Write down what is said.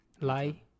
Lie